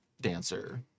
dancer